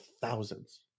thousands